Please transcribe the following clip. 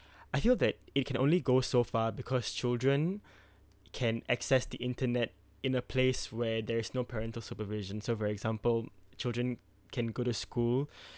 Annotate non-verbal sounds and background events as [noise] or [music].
[breath] I feel that it can only go so far because children [breath] can access the internet in a place where there is no parental supervision so for example children can go to school [breath]